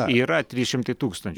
yra trys šimtai tūkstančių